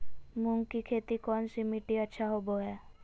मूंग की खेती कौन सी मिट्टी अच्छा होबो हाय?